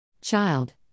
child